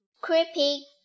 creepy